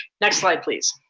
next slide, please.